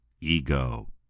ego